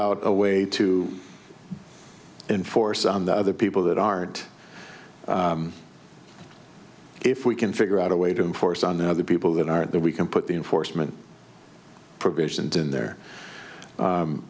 out a way to enforce on the other people that aren't if we can figure out a way to enforce on the other people that aren't there we can put the enforcement provisions in